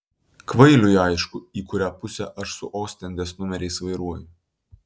kvailiui aišku į kurią pusę aš su ostendės numeriais vairuoju